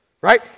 right